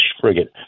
frigate